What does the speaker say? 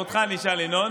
אבל גם אותך אני אשאל, ינון.